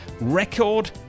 record